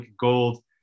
gold